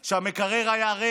שהמקרר שלהם היה ריק,